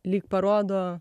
lyg parodo